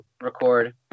record